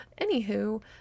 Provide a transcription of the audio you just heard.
Anywho